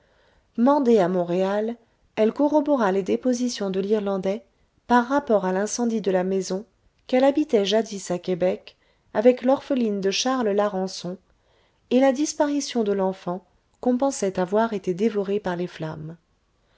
mandée à montréal elle corrobora les dépositions de l'irlandais par rapport à l'incendie de la maison qu'elle habitait jadis à québec avec l'orpheline de charles larençon et la disparition de l'enfant qu'on pensait avoir été dévorée par les flammes